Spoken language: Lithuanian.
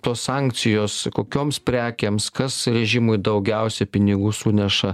tos sankcijos kokioms prekėms kas režimui daugiausiai pinigų suneša